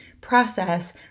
process